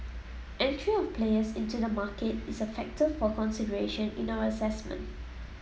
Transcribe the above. entry of players into the market is a factor for consideration in our assessment